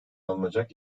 alınacak